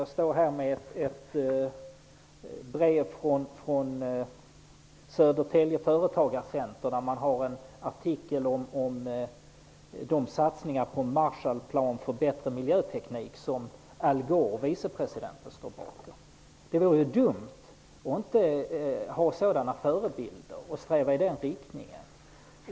Jag har här ett brev från Södertälje Företagarcenter i vilket man redovisar de satsningar på en Gore, USA:s vicepresident, står bakom. Det vore dumt att inte ha sådana förebilder och sträva i den riktningen.